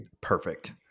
perfect